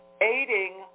aiding